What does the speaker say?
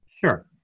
Sure